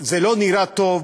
זה לא נראה טוב,